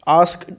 ask